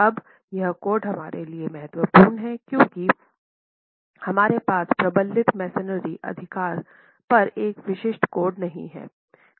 अब यह कोड हमारे लिए महत्वपूर्ण है क्योंकि हमारे पास प्रबलित मैसनरी अधिकार पर एक विशिष्ट कोड नहीं है